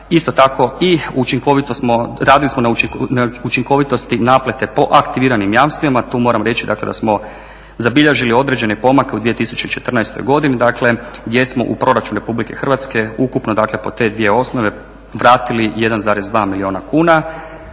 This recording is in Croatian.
Isto tako i učinkovito smo, radili smo na učinkovitosti naplate po aktiviranim jamstvima. Tu moram reći dakle da smo zabilježili određene pomake u 2014. godini dakle gdje smo u proračun Republike Hrvatske ukupno po te dvije osnove vratili 1,2 milijuna kuna